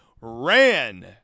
ran